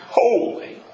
holy